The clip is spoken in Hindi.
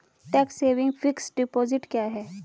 टैक्स सेविंग फिक्स्ड डिपॉजिट क्या है?